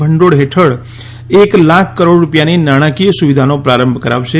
ભંડોળ હેઠળ એક લાખ કરોડ રૂપિયાની નાણાકીય સુવિધાનો પ્રારંભ કરાવશે